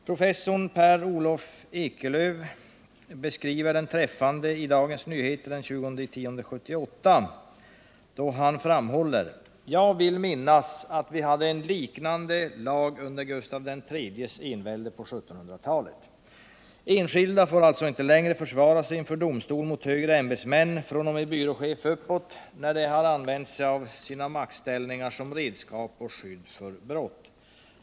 Professorn Per Olof Ekelöf beskriver den träffande i Dagens Nyheter av den 20 oktober 1978, där han framhåller: ”Jag vill minnas att vi hade en liknande lag under Gustav III:s envälde på 1700-talet.” Enskilda får alltså inte längre försvara sig inför domstol mot högre ämbetsmän fr.o.m. byråchef och uppåt, när dessa använt sig av sina maktställningar som redskap och skydd för brott.